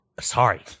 Sorry